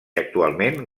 actualment